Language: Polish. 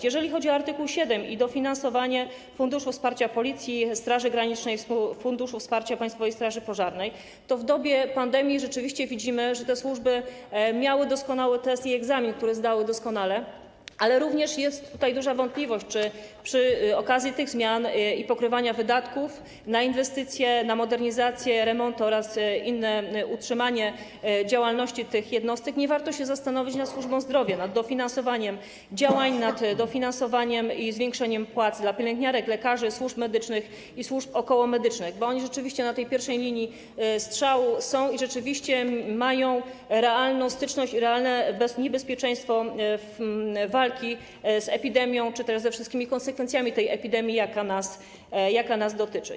Jeżeli chodzi o art. 7 i dofinansowanie Funduszu Wsparcia Policji, Funduszu Wsparcia Straży Granicznej i Funduszu Wsparcia Państwowej Straży Pożarnej, to w dobie pandemii widzimy, że te służby miały rzeczywiście test i egzamin, który doskonale zdały, ale jest tutaj również duża wątpliwość, czy przy okazji tych zmian i pokrywania wydatków na inwestycje, na modernizacje, remonty oraz inne utrzymanie działalności tych jednostek nie warto się zastanowić nad służbą zdrowia, nad dofinansowaniem działań, nad dofinansowaniem i zwiększeniem płac pielęgniarek, lekarzy, służb medycznych i służb okołomedycznych, bo oni rzeczywiście są na tej pierwszej linii strzału i rzeczywiście mają realną styczność i odczuwają realne niebezpieczeństwo podczas walki z epidemią czy też ze wszystkimi konsekwencjami tej epidemii, jaka nas dotyczy.